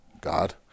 God